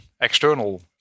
external